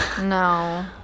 No